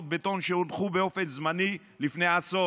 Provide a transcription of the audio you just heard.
בטון שהודחו באופן זמני לפני עשור.